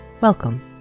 Welcome